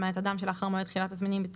למעט אדם שלאחר מועד תחילת תסמינים ביצע